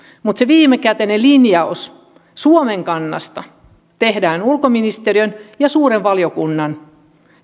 mutta se viimekätinen linjaus suomen kannasta tehdään ulkoministeriön ja suuren valiokunnan